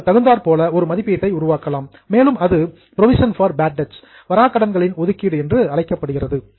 அதற்கு தகுந்தாற்போல் ஒரு மதிப்பீட்டை உருவாக்கலாம் மேலும் அது புரோவிஷன் பார் பேட் டெப்ட்ஸ் வராக்கடன்கள் ஒதுக்கீடு என்று அழைக்கப்படுகிறது